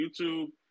YouTube